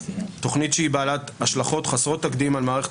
תוכנית שהיא בעלת השלכות חסרות תקדים על מערכת